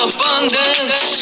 Abundance